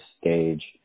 stage